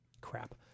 Crap